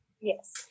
yes